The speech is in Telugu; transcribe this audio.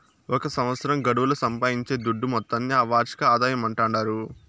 ఒక సంవత్సరం గడువుల సంపాయించే దుడ్డు మొత్తాన్ని ఆ వార్షిక ఆదాయమంటాండారు